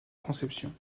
conception